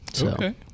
Okay